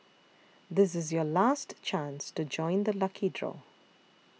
this is your last chance to join the lucky draw